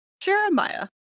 jeremiah